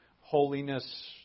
holiness